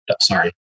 sorry